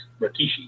Rakishi